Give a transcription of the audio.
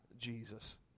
Jesus